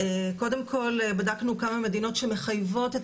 קודם כל בדקנו כמה מדינות שמחייבות את